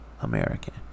American